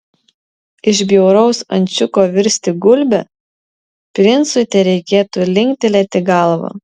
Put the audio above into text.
iš bjauraus ančiuko virsti gulbe princui tereikėtų linktelėti galvą